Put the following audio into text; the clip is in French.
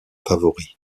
favoris